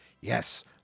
yes